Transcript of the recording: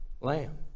Lamb